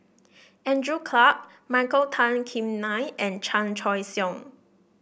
Andrew Clarke Michael Tan Kim Nei and Chan Choy Siong